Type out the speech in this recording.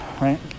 right